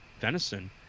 venison